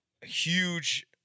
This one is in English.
huge